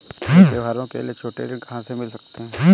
मुझे त्योहारों के लिए छोटे ऋण कहाँ से मिल सकते हैं?